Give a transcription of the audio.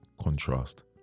contrast